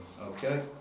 okay